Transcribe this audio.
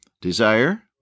Desire